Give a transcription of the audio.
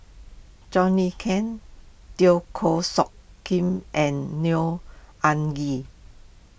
John Le Cain Teo Koh Sock Kim and Neo Anngee